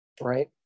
right